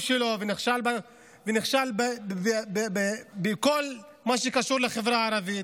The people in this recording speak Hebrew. שלו ושנכשל בכל מה שקשור לחברה הערבית,